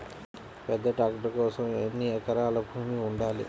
పెద్ద ట్రాక్టర్ కోసం ఎన్ని ఎకరాల భూమి ఉండాలి?